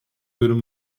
dönüm